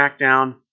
smackdown